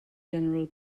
general